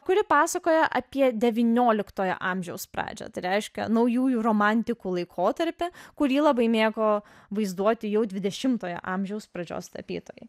kuri pasakoja apie devynioliktojo amžiaus pradžią tai reiškia naujųjų romantikų laikotarpį kurį labai mėgo vaizduoti jau dvidešimtojo amžiaus pradžios tapytojai